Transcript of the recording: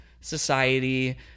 society